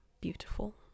beautiful